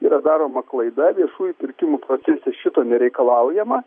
yra daroma klaida viešųjų pirkimų procese šito nereikalaujama